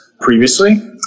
Previously